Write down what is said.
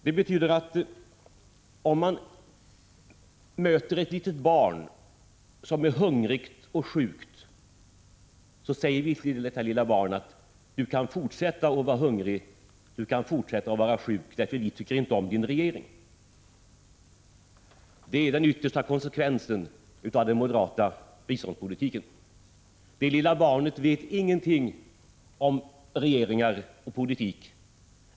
Det betyder att vi, om vi möter ett litet barn som är hungrigt och sjukt, säger till detta barn: ”Du kan fortsätta att vara hungrig, du kan fortsätta att vara sjuk, för vi tycker inte om din regering.” — Det är den yttersta konsekvensen av den moderata biståndspolitiken. Det lilla barnet vet ingenting om regeringar och politik.